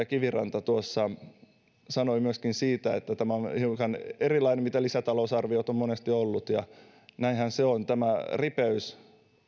kiviranta sanoi myöskin siitä että tämä on hiukan erilainen kuin lisätalousarviot ovat monesti olleet ja näinhän se on tämä ripeys